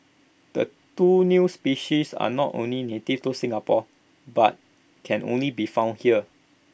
the two new species are not only native to Singapore but can only be found here